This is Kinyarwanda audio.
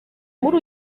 muri